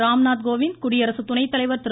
ராம்நாத் கோவிந்த் குடியரசுத் துணைத்தலைவர் திரு